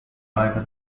aega